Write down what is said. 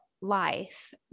life